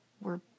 We're